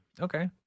Okay